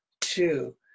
two